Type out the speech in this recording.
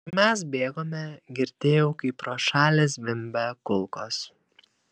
kai mes bėgome girdėjau kaip pro šalį zvimbia kulkos